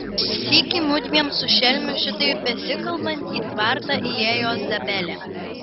sykį mudviem su šelmiu šitaip besikalbant į tvartą įėjo zabelė